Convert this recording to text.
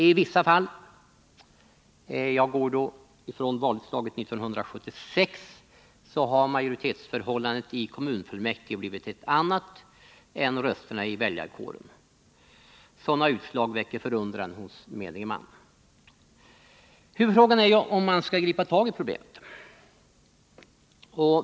I vissa fall — jag utgår från valutslaget 1976 — har majoritetsförhållandet i kommunfullmäktige blivit ett annat än vad som skulle svara mot rösterna i väljarkåren. Sådana utslag väcker förundran hos menige man. Huvudfrågan är om man skall gripa tag i problemet.